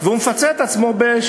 אבל הוא מפצה את עצמו במוצרים אחרים.